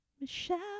Michelle